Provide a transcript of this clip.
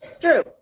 True